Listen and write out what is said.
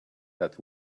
that